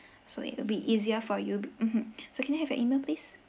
so it'll be easier for you mmhmm so can I have your email please